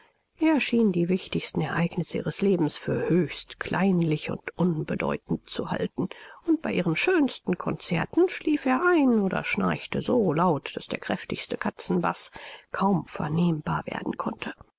schien die wichtigsten ereignisse ihres lebens für höchst kleinlich und unbedeutend zu halten und bei ihren schönsten konzerten schlief er ein oder schnurrte so laut daß der kräftigste katzenbaß kaum vernehmbar werden konnte